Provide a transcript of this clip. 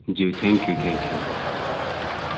ज्यू thank you thank you